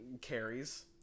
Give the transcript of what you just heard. carries